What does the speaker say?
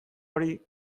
hori